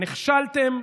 נכשלתם.